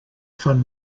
fan